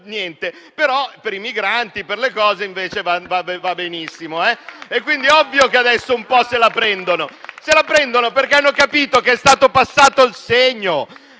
niente, però per i migranti e per altre cose invece va benissimo. Quindi, è ovvio che adesso un po' se la prendano. Se la prendono perché hanno capito che è stato passato il segno.